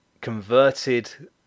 converted